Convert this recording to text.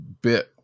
bit